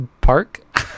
park